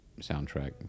soundtrack